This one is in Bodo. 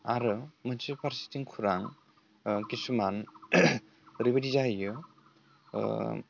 आरो मोनसे फारसेथिं खौरां किसुमान ओरैबायदि जाहैयो